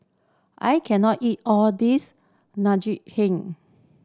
I can not eat all this